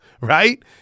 right